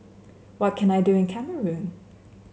what can I do in Cameroon